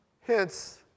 Hence